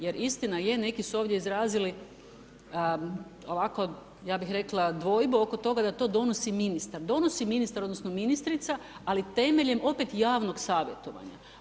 Jer istina je, neki su ovdje izrazili ovako ja bi rekla dvojbu oko toga, da to donosi ministar, donosi ministar, odnosno, ministrica, ali temeljem opet javnog savjetovanja.